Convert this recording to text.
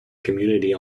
community